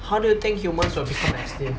how do you think humans will become extinct